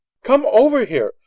come over here.